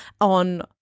on